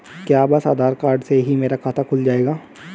क्या बस आधार कार्ड से ही मेरा खाता खुल जाएगा?